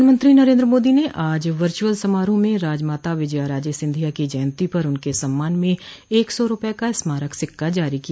प्रधानमंत्री नरेन्द्र मोदी ने आज वर्चुअल समारोह में राजमाता विजया राजे सिंधिया की जयंती पर उनके सम्मान में एक सौ रुपए का स्मारक सिक्का जारी किया